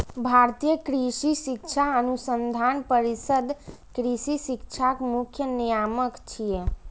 भारतीय कृषि शिक्षा अनुसंधान परिषद कृषि शिक्षाक मुख्य नियामक छियै